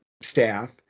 staff